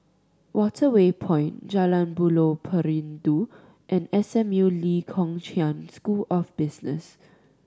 Waterway Point Jalan Buloh Perindu and S M U Lee Kong Chian School of Business